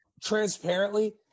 transparently